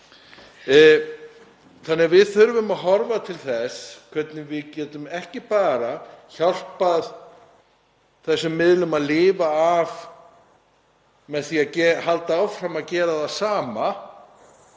er.“ Við þurfum því að horfa til þess að við getum ekki hjálpað þessum miðlum að lifa af með því að halda áfram að gera það sama.